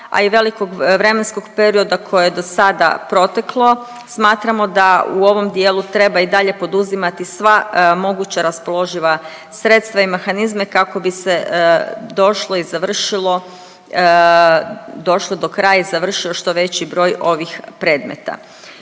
a i velikog vremenskog perioda koje je do sada proteklo smatramo da u ovom dijelu treba i dalje poduzimati sva moguća raspoloživa sredstva i mehanizme kako bi se došlo i završilo, došlo do kraja i završio što veći broj ovih predmeta.